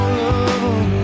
love